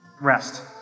rest